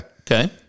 Okay